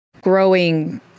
growing